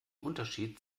unterschied